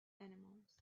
animals